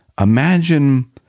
imagine